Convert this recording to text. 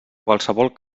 qualsevol